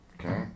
Okay